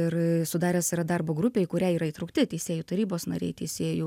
ir sudaręs yra darbo grupę į kurią yra įtraukti teisėjų tarybos nariai teisėjų